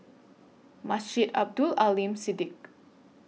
Masjid Abdul Aleem Siddique